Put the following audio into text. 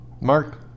Mark